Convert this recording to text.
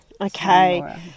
Okay